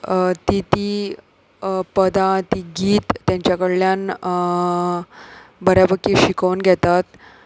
ती ती पदां ती गीत तेंच्या कडल्यान बऱ्यापकी शिकोवन घेतात